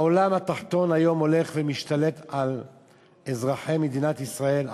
העולם התחתון היום הולך ומשתלט על אזרחי מדינת ישראל,